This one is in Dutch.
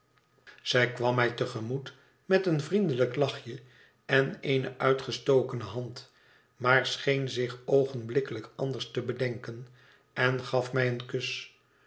zij kwam mij te gemoet met een vriendelijk lachje en eene uitgestokene hand maar scheen zich oogenblikkelijk anders te bedenken en gaf mij een kus